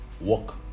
Walk